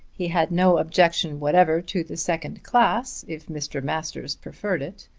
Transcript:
he had no objection whatever to the second class, if mr. masters preferred it.